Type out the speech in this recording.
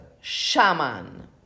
shaman